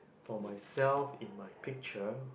for myself in my picture